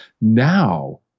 now